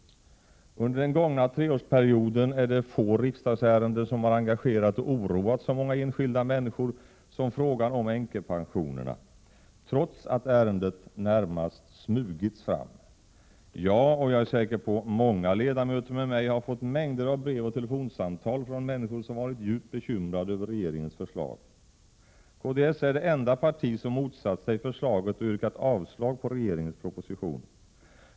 10 juni 1988 Under den gångna treårsperioden är det få riksdagsärenden som har Reformering av den engagerat och oroat så många enskilda människor som frågan om änkepen EE Rå k sionerna, trots att ärendet närmast smugits fram. Jag, och jag är säker på = många ledamöter med mig, har fått mängder av brev och telefonsamtal från människor som varit djupt bekymrade över regeringens förslag. Kds är det enda parti som motsatt sig förslaget och yrkat avslag på regeringens proposition.